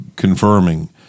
confirming